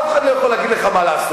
אף אחד לא יכול להגיד לך מה לעשות,